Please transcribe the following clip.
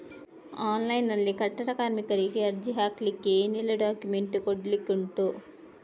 Online ನಲ್ಲಿ ಕಟ್ಟಡ ಕಾರ್ಮಿಕರಿಗೆ ಅರ್ಜಿ ಹಾಕ್ಲಿಕ್ಕೆ ಏನೆಲ್ಲಾ ಡಾಕ್ಯುಮೆಂಟ್ಸ್ ಕೊಡ್ಲಿಕುಂಟು?